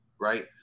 right